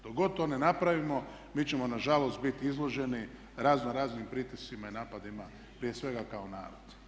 Dok god to ne napravimo mi ćemo nažalost biti izloženi raznoraznim pritiscima i napadima prije svega kao narod.